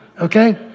Okay